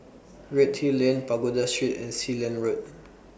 Redhill Lane Pagoda Street and Sealand Road